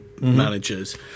managers